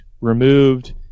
removed